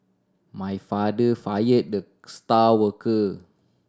my father fire the star worker